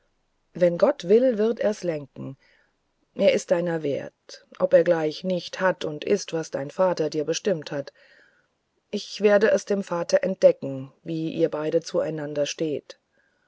wenn gott will wird er's lenken er ist deiner wert ob er gleich nicht hat und ist was der vater dir bestimmt hat ich werde es dem vater entdecken wie ihr beide miteinander steht